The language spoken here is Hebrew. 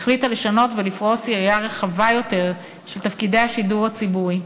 החליטה לשנות ולפרוס יריעה רחבה יותר של תפקידי השידור הציבורי.